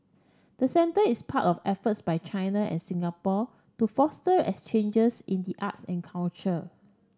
the centre is part of efforts by China and Singapore to foster exchanges in the arts and culture